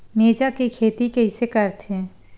मिरचा के खेती कइसे करथे?